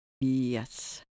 Yes